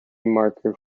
marker